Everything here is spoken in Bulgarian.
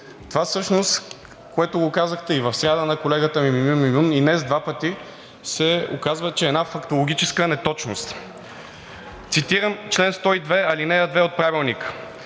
Това всъщност, което го казахте и в сряда на колегата ми Мюмюн Мюмюн, и днес два пъти се оказва, че е една фактологическа неточност. Цитирам чл. 102, ал. 2 от Правилника: